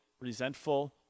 resentful